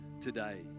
today